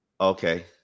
Okay